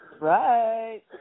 right